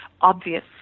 obvious